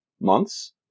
months